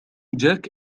جاك